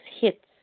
hits